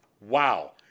Wow